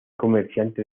comerciante